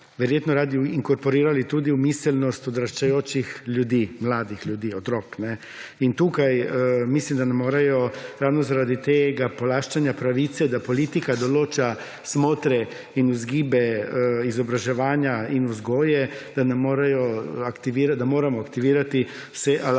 verjetno radi inkorporirali tudi v miselnost odraščajočih ljudi, mladih ljudi, otrok. In tukaj mislim, da nam morajo ravno zaradi tega polaščanja pravice, da politika določa smotre in vzgibe izobraževanja in vzgoje, da nam morajo, da moramo aktivirati vse alarme,